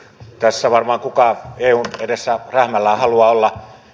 ei tässä varmaan kukaan eun edessä rähmällään halua olla